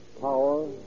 power